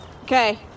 Okay